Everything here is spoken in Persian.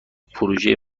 پروژه